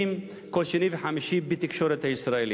כל שני וחמישי בתקשורת הישראלית.